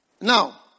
Now